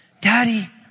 Daddy